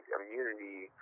Immunity